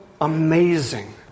amazing